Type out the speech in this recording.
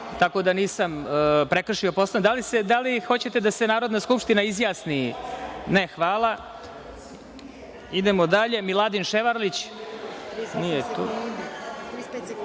Tako da nisam prekršio Poslovnik. Da li hoćete da se Narodna skupština izjasni? Ne, hvala. Idemo dalje, reč ima Miladin Ševarlić. Nije